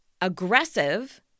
aggressive